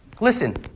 Listen